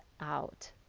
out